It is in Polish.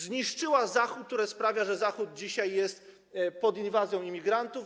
Zniszczyła Zachód, co sprawia, że Zachód dzisiaj jest pod inwazją imigrantów,